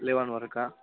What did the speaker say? eleven వరకా